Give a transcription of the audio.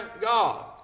God